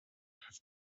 have